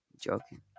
joking